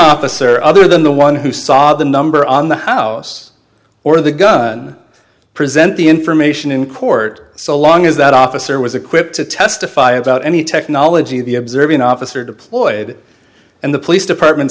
officer other than the one who saw the number on the house or the gun present the information in court so long as that officer was equipped to testify about any technology the observing officer deployed and the police department